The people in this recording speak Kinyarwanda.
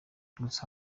gusa